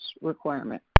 requirement